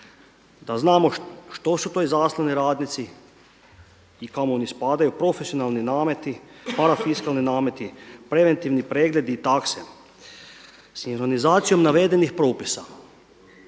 da znamo što su to izaslani radnici i kamo oni spadaju, profesionalni nameti, parafiskalni nameti, preventivni pregledi i takse. Sinkronizacijom navedenim propisa